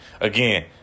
Again